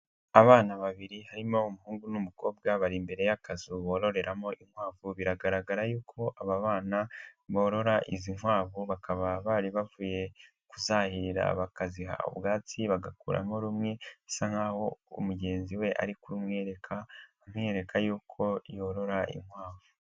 Abana babiri harimo umuhungu n'umukobwa bari imbere y'akazu bororeramo inkwavu biragaragara yuko aba bana borora izi nkwavu bakaba bari bavuye ku kuzahira bakaziha ubwatsi bagakuramo rumwe zisa nkaho'aho mugenzi we ari kumwereka amwereka yuko' yorora inkwavu.